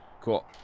Cool